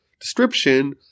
description